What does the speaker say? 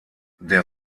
der